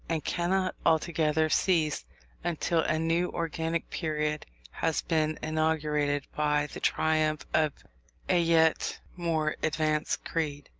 and cannot altogether cease until a new organic period has been inaugurated by the triumph of a yet more advanced creed.